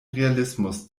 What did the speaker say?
realismus